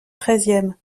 treizième